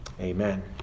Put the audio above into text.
Amen